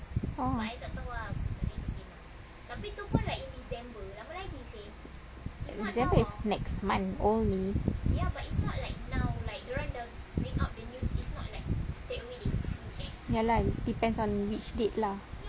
oh december is next month only ya lah depends on which date lah